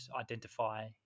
identify